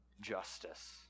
justice